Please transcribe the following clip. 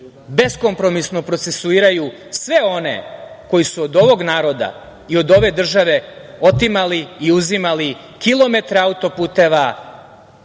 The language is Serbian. beskompromisno procesuiraju sve one koji su od ovog naroda i od ove države otimali i uzimali kilometre autoputeva,